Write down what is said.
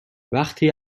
وقتی